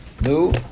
no